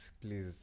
please